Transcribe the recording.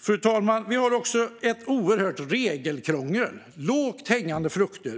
Fru talman! Det finns vidare ett oerhört regelkrångel. Även detta är lågt hängande frukter.